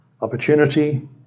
Opportunity